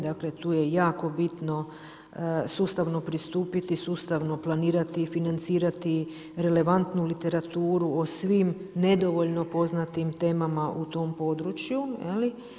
Dakle, tu je jako bitno sustavno pristupiti, sustavno planirati, financirati, relevantnu literaturu o svim nedovoljno poznatim temama u tom području, je li.